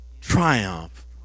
triumph